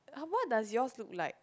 !huh! what does yours look like